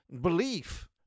belief